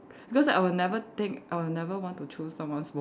because I will never think I will never want to choose someone smoking